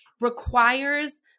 Requires